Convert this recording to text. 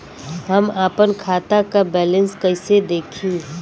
हम आपन खाता क बैलेंस कईसे देखी?